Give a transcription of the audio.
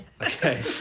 Okay